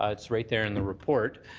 ah it's right there in the report.